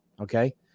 okay